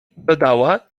dodała